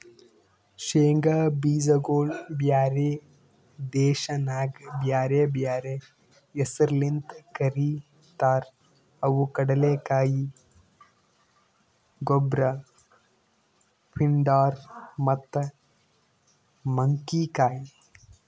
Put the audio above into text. ಶೇಂಗಾ ಬೀಜಗೊಳ್ ಬ್ಯಾರೆ ದೇಶದಾಗ್ ಬ್ಯಾರೆ ಬ್ಯಾರೆ ಹೆಸರ್ಲಿಂತ್ ಕರಿತಾರ್ ಅವು ಕಡಲೆಕಾಯಿ, ಗೊಬ್ರ, ಪಿಂಡಾರ್ ಮತ್ತ ಮಂಕಿಕಾಯಿ